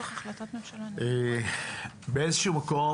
באיזשהו מקום,